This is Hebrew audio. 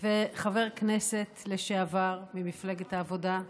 וחבר כנסת לשעבר ממפלגת העבודה,